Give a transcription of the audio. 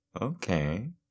Okay